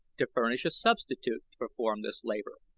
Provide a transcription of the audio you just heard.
to furnish a substitute to perform this labor,